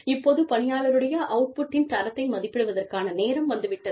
இப்போது பணியாளருடைய அவுட்புட்டின் தரத்தை மதிப்பிடுவதற்கான நேரம் வந்து விட்டது